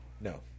No